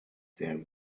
sehr